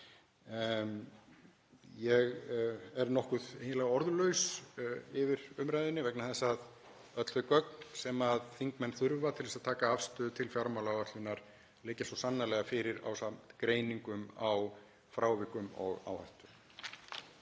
Ég er eiginlega orðlaus yfir umræðunni vegna þess að öll þau gögn sem þingmenn þurfa til þess að taka afstöðu til fjármálaáætlunar liggja svo sannarlega fyrir ásamt greiningum á frávikum og áhættu.